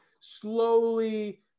slowly